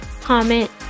comment